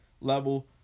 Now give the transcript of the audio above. level